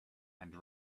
and